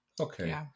Okay